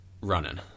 running